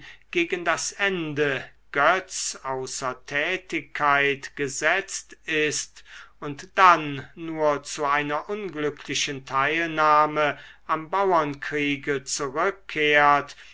gegen das ende götz außer tätigkeit gesetzt ist und dann nur zu einer unglücklichen teilnahme am bauernkriege zurückkehrt